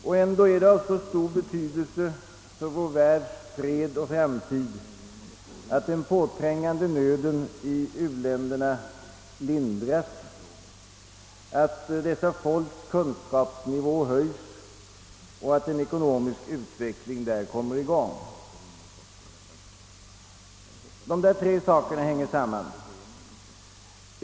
Och ändå är det av stor betydelse för vår världs fred och framtid att den påträngande nöden i u-länderna lindras, att dessa folks kunskapsnivå höjs och att en ekonomisk utveckling där kommer i gång. Dessa tre saker hänger samman.